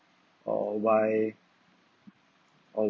or why or